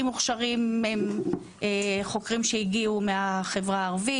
מוכשרים הם חוקרים שהגיעו מהחברה הערבית,